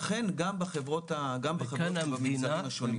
אכן גם בחברות ובמגזרים השונים.